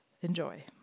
Enjoy